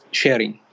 sharing